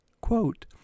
Quote